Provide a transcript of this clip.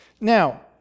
Now